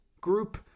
group